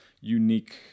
unique